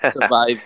survive